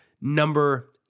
number